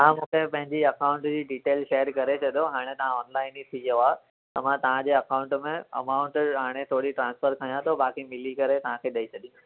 तव्हां मूंखे पंहिंजी अकाउंट जी डिटेल शेयर करे छॾियो हाणे त ऑनलाइन ई थी वियो आहे त मां तव्हांजे अकाउंट में अमाउंट हाणे थोरी ट्रांसफर कयां थो बाक़ी मिली करे तव्हांखे ॾेई छॾींदुसि